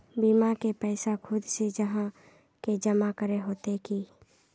बीमा के पैसा खुद से जाहा के जमा करे होते की?